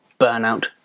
burnout